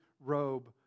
robe